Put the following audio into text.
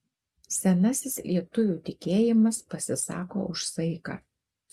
senasis lietuvių tikėjimas pasisako už saiką